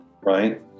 Right